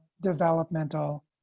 developmental